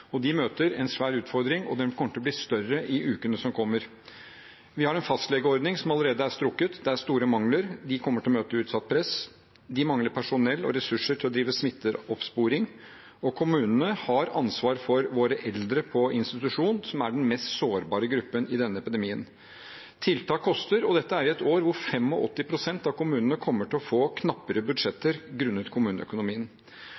de møter en svær utfordring, og den kommer til å bli større i ukene som kommer. Vi har en fastlegeordning som allerede er strukket, det er store mangler, og de kommer til å være utsatt for press. De mangler personell og ressurser til å drive smitteoppsporing. Og kommunene har ansvar for våre eldre på institusjon, som er den mest sårbare gruppen i denne epidemien. Tiltak koster, og dette er et år da 85 pst. av kommunene kommer til å få knappere